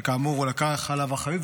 שכאמור הוא לקח עליו אחריות,